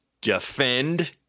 Defend